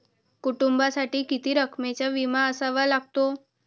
कुटुंबासाठी किती रकमेचा विमा असावा लागतो?